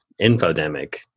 infodemic